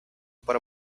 para